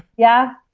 yeah.